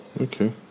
Okay